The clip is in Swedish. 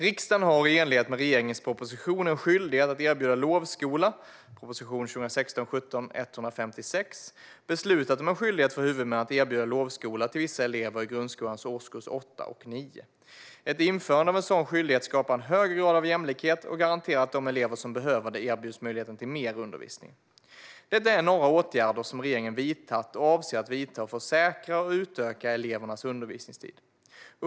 Riksdagen har i enlighet med regeringens proposition En skyldighet att erbjuda lovskola , prop. 2016/17:156, beslutat om en skyldighet för huvudmän att erbjuda lovskola till vissa elever i grundskolans årskurs 8 och 9. Ett införande av en sådan skyldighet skapar en högre grad av jämlikhet och garanterar att de elever som behöver det erbjuds möjligheten till mer undervisning. Detta är några åtgärder som regeringen vidtagit och avser att vidta för att säkra och utöka elevernas undervisningstid.